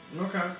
Okay